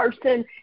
person